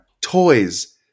toys